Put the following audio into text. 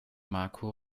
marco